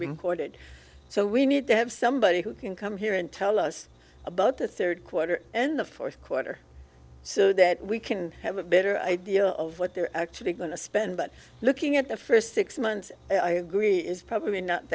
being courted so we need to have somebody who can come here and tell us about the third quarter in the fourth quarter so that we can have a better idea of what they're actually going to spend but looking at the first six months i agree is probably not